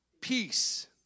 peace